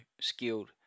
Skilled